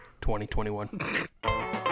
2021